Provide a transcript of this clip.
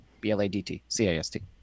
B-L-A-D-T-C-A-S-T